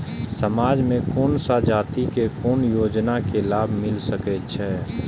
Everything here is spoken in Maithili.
समाज में कोन सा जाति के कोन योजना के लाभ मिल सके छै?